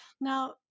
Now